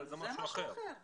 אבל זה משהו אחר.